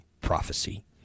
prophecy